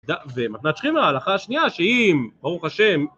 ונתחיל מההלכה השנייה שאם, ברוך השם